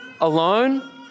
alone